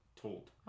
told